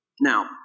Now